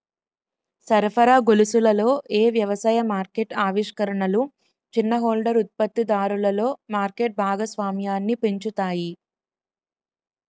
సరఫరా గొలుసులలో ఏ వ్యవసాయ మార్కెట్ ఆవిష్కరణలు చిన్న హోల్డర్ ఉత్పత్తిదారులలో మార్కెట్ భాగస్వామ్యాన్ని పెంచుతాయి?